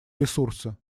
ресурсы